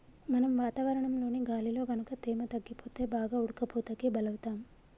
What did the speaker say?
మనం వాతావరణంలోని గాలిలో గనుక తేమ తగ్గిపోతే బాగా ఉడకపోతకి బలౌతాం